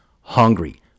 hungry